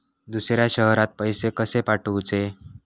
दुसऱ्या शहरात पैसे कसे पाठवूचे?